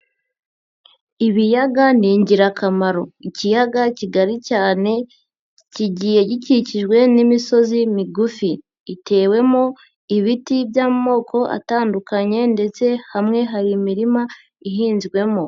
Ibiyaga ni ingirakamaro, ikiyaga kigari cyane kigiye gikikijwe n'imisozi migufi itewemo ibiti by'amoko atandukanye ndetse hamwe hari imirima ihinzwemo.